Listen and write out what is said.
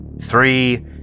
Three